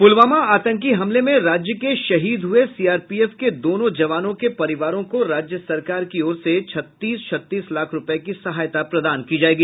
पुलवामा आतंकी हमले में राज्य के शहीद हुये सीआरपीएफ के दोनों जवानों के परिवारों को राज्य सरकार की ओर से छत्तीस छत्तीस लाख रुपये की सहायता प्रदान की जायेगी